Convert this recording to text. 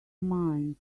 mind